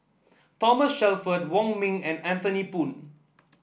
Thomas Shelford Wong Ming and Anthony Poon